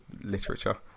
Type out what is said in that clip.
literature